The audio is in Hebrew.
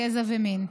גזע ומין.